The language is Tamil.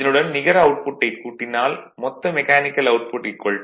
இதனுடன் நிகர அவுட்புட்டைக் கூட்டினால் மொத்த மெக்கானிக்கல் அவுட்புட் 19